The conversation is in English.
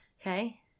Okay